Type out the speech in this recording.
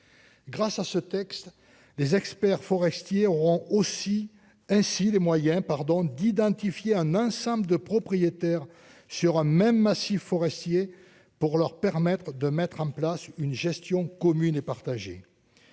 grâce à ce texte, les experts forestiers auront aussi ainsi les moyens pardon d'identifier un un simple de propriétaire sur un même massif forestier pour leur permettre de mettre en place une gestion commune et partagée,